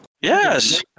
Yes